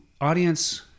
audience